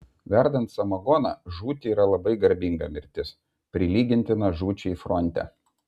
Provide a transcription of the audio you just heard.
verdant samagoną žūti yra labai garbinga mirtis prilygintina žūčiai fronte